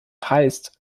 heißt